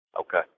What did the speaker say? Okay